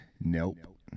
Nope